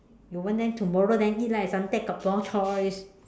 you want then tomorrow then eat lah at Suntec got more choice